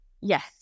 yes